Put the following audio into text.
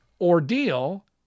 ordeal